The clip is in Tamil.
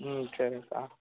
ம் சரிங்க சார்